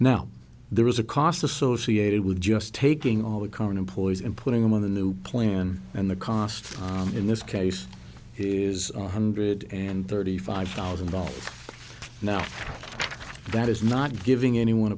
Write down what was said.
now there is a cost associated with just taking all the current employees and putting them on a new plan and the cost in this case is one hundred and thirty five thousand dollars now that is not giving any